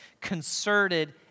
concerted